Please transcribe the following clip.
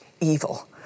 evil